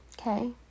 Okay